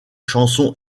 chansons